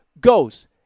goes